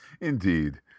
indeed